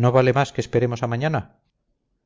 no vale más que esperemos a mañana